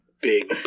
big